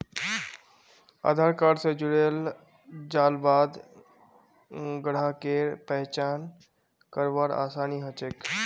आधार card स जुड़ेल जाल बाद ग्राहकेर पहचान करवार आसानी ह छेक